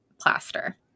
plaster